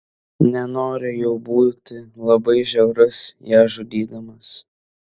nenori jau būti labai žiaurus ją žudydamas